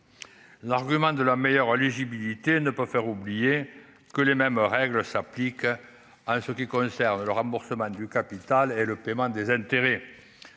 l'argument de la meilleure éligibilité ne pas faire oublier que les mêmes règles s'appliquent à ce qui concerne le remboursement du capital et le paiement des intérêts,